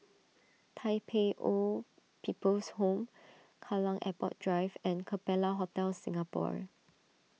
Tai Pei Old People's Home Kallang Airport Drive and Capella Hotel Singapore